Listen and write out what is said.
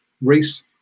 Reese